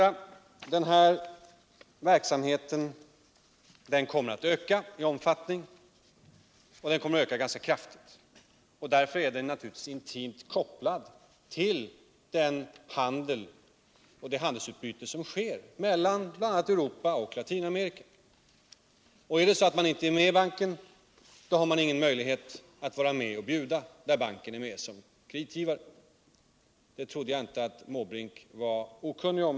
Verksamheten kommer att öka i omfattning kraftigt, och därför är den naturligtvis intimt kopplad till det handelsutbyte som sker mellan bl.a. Europa och Latinamerika. Är man inte med i banken har man ingen möjlighet att vara med och bjuda där banken finns med som kreditgivare. Det trodde jag inte att Bertil Måbrink var okunnig om.